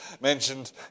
mentioned